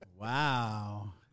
Wow